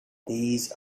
these